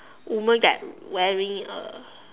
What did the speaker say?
woman that wearing a